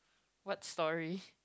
what story